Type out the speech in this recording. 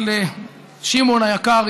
של שמעון היקר,